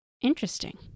Interesting